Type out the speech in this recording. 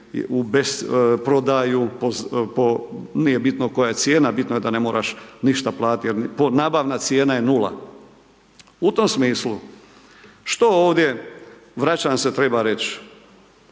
u besprodaju po nije bitno koja je cijena, bitno je da ne moraš ništa platit, nabavna cijena je 0. U tom smislu što ovdje, vraćam se treba reći,